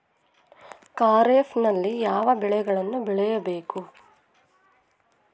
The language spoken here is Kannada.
ಖಾರೇಫ್ ನಲ್ಲಿ ಯಾವ ಬೆಳೆಗಳನ್ನು ಬೆಳಿಬೇಕು?